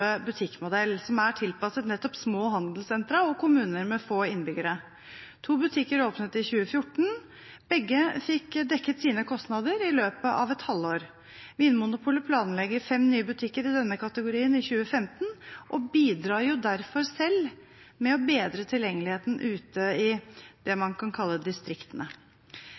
butikkmodell, som er tilpasset nettopp små handelssentra og kommuner med få innbyggere. To butikker åpnet i 2014, begge fikk dekket sine kostnader i løpet av et halvt år. Vinmonopolet planlegger fem nye butikker i denne kategorien i 2015 – og bidrar derfor selv med å bedre tilgjengeligheten ute i – det man kan kalle – distriktene.